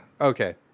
okay